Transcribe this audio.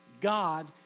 God